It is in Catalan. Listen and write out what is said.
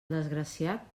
desgraciat